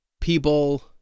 people